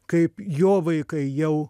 kaip jo vaikai jau